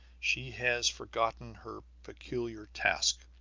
she has forgotten her peculiar task.